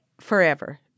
forever